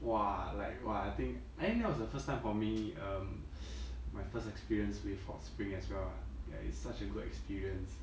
!wah! like !wah! I think I think that was the first time for me um my first experience with hot spring as well lah ya it's such a good experience